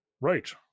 right